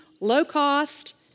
low-cost